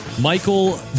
Michael